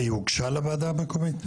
היא הוגשה לוועדה המקומית?